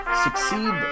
Succeed